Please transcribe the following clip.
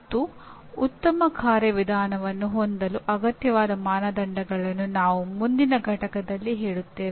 ಮತ್ತು ಉತ್ತಮ ಕಾರ್ಯವಿಧಾನವನ್ನು ಹೊಂದಲು ಅಗತ್ಯವಾದ ಮಾನದಂಡಗಳನ್ನು ನಾವು ಮುಂದಿನ ಪಠ್ಯದಲ್ಲಿ ಹೇಳುತ್ತೇವೆ